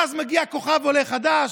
ואז מגיע כוכב עולה חדש,